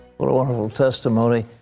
what a wonderful testimony.